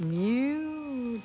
you